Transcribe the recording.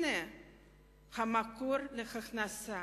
הנה המקור להכנסה,